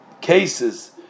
cases